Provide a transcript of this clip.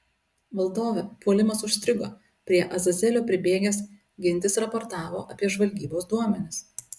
valdove puolimas užstrigo prie azazelio pribėgęs gintis raportavo apie žvalgybos duomenis